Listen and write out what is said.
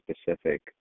specific